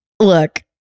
Look